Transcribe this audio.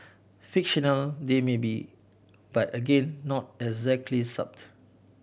fictional they may be but again not exactly